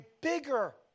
bigger